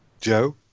Joe